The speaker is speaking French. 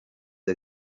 des